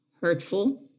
hurtful